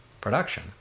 production